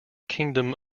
kingdom